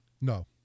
No